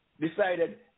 decided